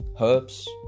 herbs